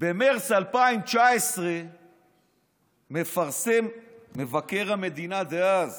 במרץ 2019 מפרסם מבקר המדינה דאז